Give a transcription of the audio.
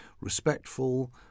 respectful